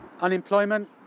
Unemployment